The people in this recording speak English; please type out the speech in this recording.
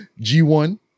G1